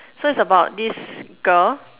so is about this girl